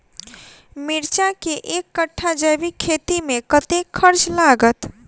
मिर्चा केँ एक कट्ठा जैविक खेती मे कतेक खर्च लागत?